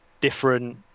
different